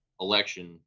election